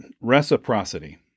reciprocity